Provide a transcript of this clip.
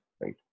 right